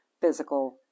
physical